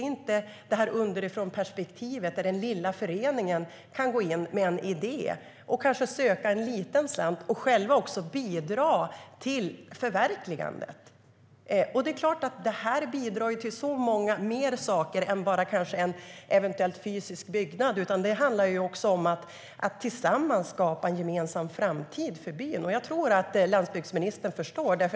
Där finns inte det här underifrånperspektivet där den lilla föreningen kan gå in med en idé, kanske söka en liten slant och själv bidra till förverkligandet. Det är klart att det här bidrar till mycket mer än bara en eventuell fysisk byggnad. Det handlar också om att tillsammans skapa en gemensam framtid för byn. Jag tror att landsbygdsministern förstår det.